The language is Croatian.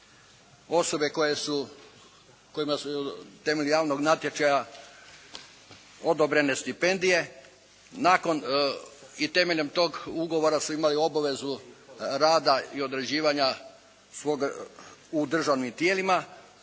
osobe kojima su temeljem javnog natječaja odobrene stipendije nakon i temeljem tog ugovora su imali obavezu rada i odrađivanja svog u državnim tijelima